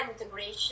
integration